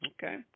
Okay